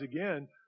again